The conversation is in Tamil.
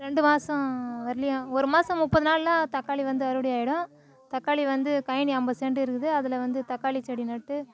ரெண்டு மாதம் வர்லேயும் ஒரு மாதம் முப்பது நாளெலாம் தக்காளி வந்து அறுவடை ஆகிடும் தக்காளி வந்து கயேனி ஐம்பது சென்ட்டு இருக்குது அதில் வந்து தக்காளி செடி நட்டு